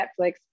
Netflix